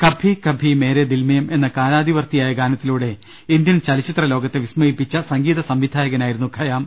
കഭി കഭി മേരെ ദിൽ മേം എന്ന കാലാതിവർത്തിയായ ഗാനത്തിലൂടെ ഇന്ത്യൻ ചലച്ചിത്രലോകത്തെ വിസ്മയിപ്പിച്ച സംഗീത സംവിധായകനായിരുന്നു ഖയാം